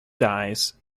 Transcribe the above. dies